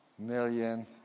Million